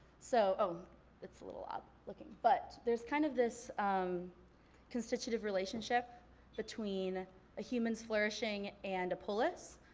so, oh it's a little odd looking, but there's kind of this constitutive relationship between a human's flourishing and a polis.